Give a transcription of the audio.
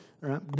right